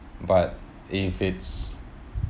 but if it's